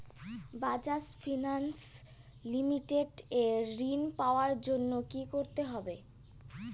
Bajaj finance limited এ ঋন পাওয়ার জন্য কি করতে হবে?